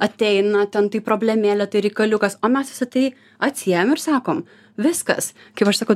ateina ten tai problemėlė tai reikaliukas o mes visa tai atsiejam ir sakom viskas kaip aš sakau